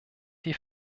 die